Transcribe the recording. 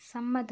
സമ്മതം